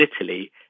Italy